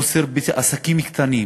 חוסר בעסקים קטנים,